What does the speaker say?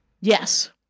Yes